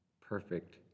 perfect